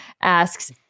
asks